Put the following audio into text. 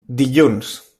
dilluns